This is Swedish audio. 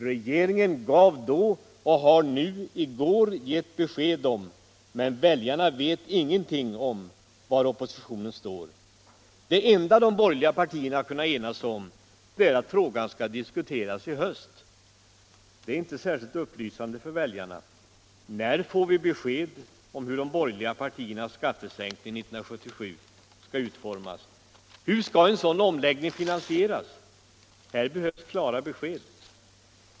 Regeringen gav då — och gjorde det även i går — besked, men väljarna vet ingenting om var oppositionen står. Det enda de borgerliga partierna kunnat enas om är att frågan skall diskuteras i höst. Det är inte särskilt upplysande för väljarna. När får vi besked om hur de borgerliga partiernas skattesänkning 1977 skall utformas? Hur skall en sådan omläggning finansieras? Här behövs klara besked.